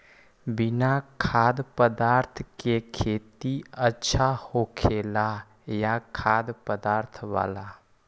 बिना खाद्य पदार्थ के खेती अच्छा होखेला या खाद्य पदार्थ वाला?